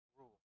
rule